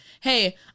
hey